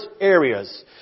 areas